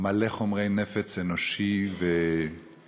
מלא חומרי נפץ אנושיים ופיזיים.